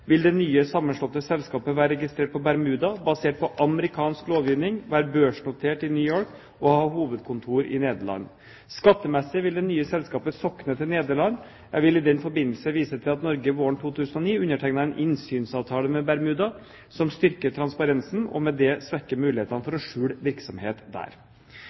vil det nye sammenslåtte selskapet være registrert på Bermuda basert på amerikansk lovgivning, være børsnotert i New York og ha hovedkontor i Nederland. Skattemessig vil det nye selskapet sokne til Nederland. Jeg vil i denne forbindelse vise til at Norge våren 2009 undertegnet en innsynsavtale med Bermuda, som styrker transparensen og med det svekker mulighetene for å skjule virksomhet der.